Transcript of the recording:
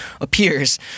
appears